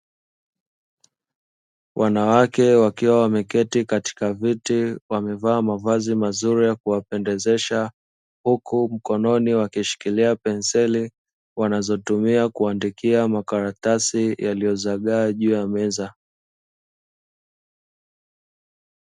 Wanawake wakiwa wameketi katika viti, wamevaa mavazi mazuri ya kuwapendezesha, huku mkononi wakishikilia penseli wanazozitumia kuandikia makaratasi yaliyozagaa juu ya meza.